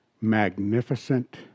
magnificent